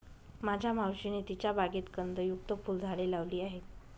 माझ्या मावशीने तिच्या बागेत कंदयुक्त फुलझाडे लावली आहेत